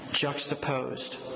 juxtaposed